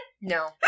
No